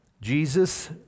Jesus